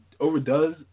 overdoes